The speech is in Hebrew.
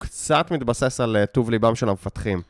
קצת מתבסס על טוב ליבם של המפתחים.